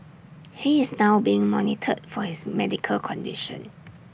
he is now being monitored for his medical condition